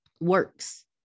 works